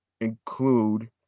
include